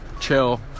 chill